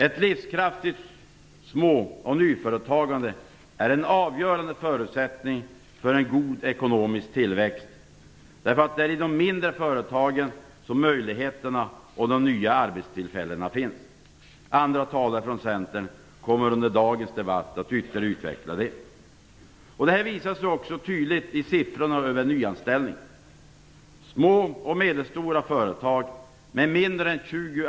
Ett livskraftigt små och ny företagande är en avgörande förutsättning för en god ekonomisk tillväxt. Det är i de mindre företagen som möjligheterna och de nya arbetstillfällena finns - andra talare från Centern kommer senare i debatten att utveckla detta. Detta visas tydligt i siffrorna över nyanställningarna.